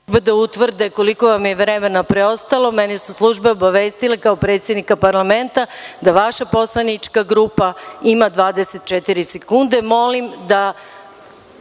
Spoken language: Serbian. utvrdile koliko vam je vremena preostala, a mene su službe obavestile kao predsednika parlamenta da vaša poslanička grupa ima 24 sekunde. Molim